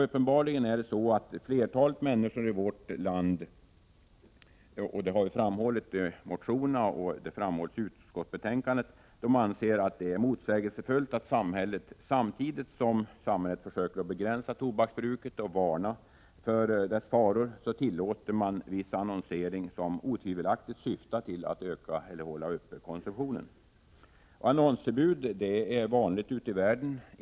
Uppenbarligen anser flertalet människor i vårt land — det har vi framhållit i motionerna och även i utskottsbetänkandet — att det är motsägelsefullt att samhället, samtidigt som det försöker begränsa tobaksbruket och varna för dess faror, tillåter viss annonsering som otvivelaktigt syftar till att öka eller hålla uppe konsumtionen. Annonsförbud är vanligt ute i världen.